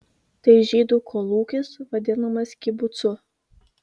tai žydų kolūkis vadinamas kibucu